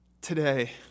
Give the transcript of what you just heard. Today